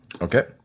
Okay